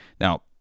Now